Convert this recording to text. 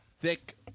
thick